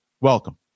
welcome